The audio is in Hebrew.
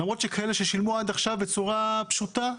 למרות שיש כאלה ששילמו עד עכשיו בצורה פשוטה,